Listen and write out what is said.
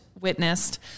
witnessed